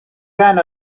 ran